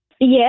Yes